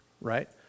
right